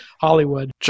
Hollywood